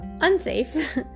unsafe